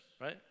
right